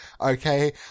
okay